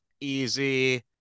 easy